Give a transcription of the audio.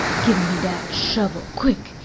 gib me dat shovel quick!